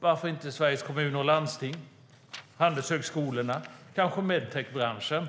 Varför inte med Sveriges Kommuner och Landsting, handelshögskolorna, medtech-branschen